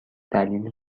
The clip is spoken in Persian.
دلیلی